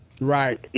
Right